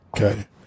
Okay